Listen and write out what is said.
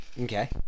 Okay